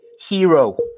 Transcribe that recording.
hero